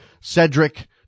Cedric